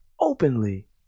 Openly